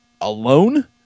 alone